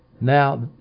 Now